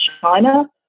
China